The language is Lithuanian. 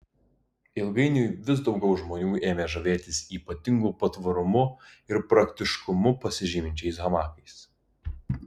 ilgainiui vis daugiau žmonių ėmė žavėtis ypatingu patvarumu ir praktiškumu pasižyminčiais hamakais